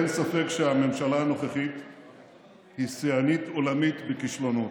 אין ספק שהממשלה הנוכחית היא שיאנית עולמית בכישלונות,